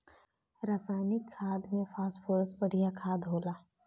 रासायनिक खाद में फॉस्फोरस बढ़िया खाद होला